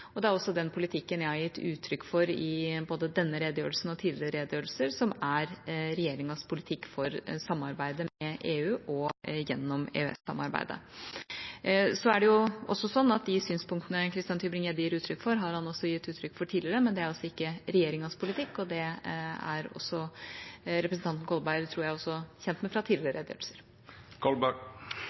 og det er også den politikken jeg har gitt uttrykk for i både denne redegjørelsen og tidligere redegjørelser, som er regjeringas politikk for samarbeidet med EU og gjennom EØS-samarbeidet. De synspunktene Christian Tybring-Gjedde gir uttrykk for, har han også gitt uttrykk for tidligere, men det er altså ikke regjeringas politikk, og det tror jeg representanten Kolberg også er kjent med fra tidligere redegjørelser.